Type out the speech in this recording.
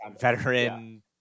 veteran